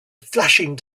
flashing